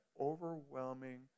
overwhelming